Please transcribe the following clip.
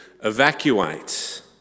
evacuate